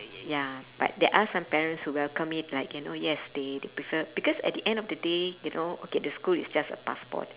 ya but there are some parents who welcome it like you know yes they they prefer because at the end of the day you know that the school is just a passport